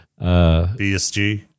BSG